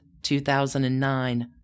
2009